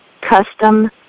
custom